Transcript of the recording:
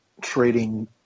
trading